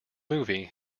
movie